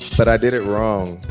but i did it wrong.